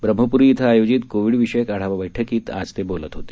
ब्रह्मप्री इथं आयोजित कोविड विषयक आढावा बैठकीत आज ते बोलत होते